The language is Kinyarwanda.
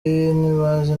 ntibazi